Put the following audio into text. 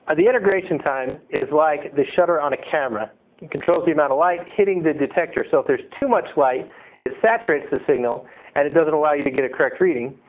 ah the integration time is like the shutter on a camera. it controls the amount of light hitting the detector. so, if there's too much light it saturates the signal and it doesn't allow you to get a correct reading,